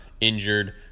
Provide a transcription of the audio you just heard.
injured